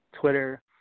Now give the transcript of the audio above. Twitter